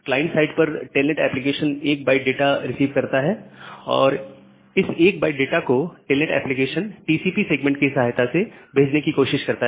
client side पर telnet application 1 byte data receive करता है और इस एक बाइट डाटा को टेलनेट एप्लीकेशन टीसीपी सेगमेंट की सहायता से भेजने की कोशिश करता है